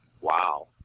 Wow